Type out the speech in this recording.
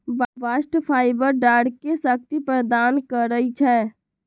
bast fibre डांरके शक्ति प्रदान करइ छै